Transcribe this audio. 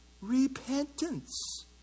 Repentance